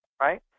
right